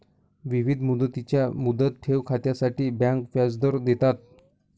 विविध मुदतींच्या मुदत ठेव खात्यांसाठी बँका व्याजदर देतात